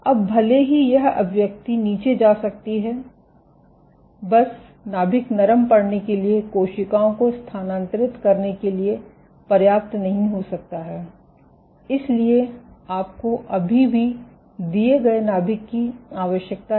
अब भले ही यह अभिव्यक्ति नीचे जा सकती है बस नाभिक नरम पड़ने के लिए कोशिकाओं को स्थानांतरित करने के लिए पर्याप्त नहीं हो सकता है इसलिए आपको अभी भी दिए गए नाभिक की आवश्यकता है